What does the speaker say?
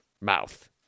mouth